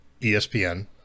ESPN